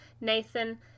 Nathan